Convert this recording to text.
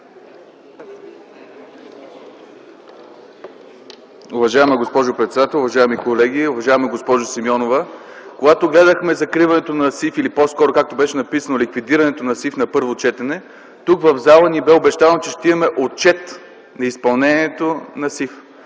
Уважаема госпожо председател, уважаеми колеги, уважаема госпожо Симеонова! Когато гледахме закриването на Социалноинвестиционния фонд, или по-скоро, както беше написано, ликвидирането на СИФ на първо четене, тук, в залата, ни бе обещано, че ще имаме отчет на изпълнението на СИФ.